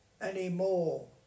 anymore